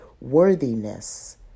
worthiness